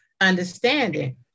understanding